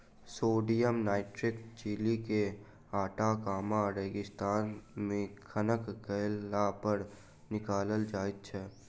sodium nitrate Chile के Atacama रेगिस्तान मे खनन कयलापर निकालल जाइत छै